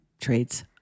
traits